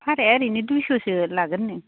भाह्राया ओरैनो दुइछ'सो लागोननो